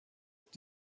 dies